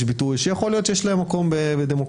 ביטוי שיכול להיות שיש להם מקום בדמוקרטיה.